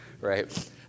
right